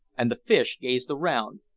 and the fish gazed around,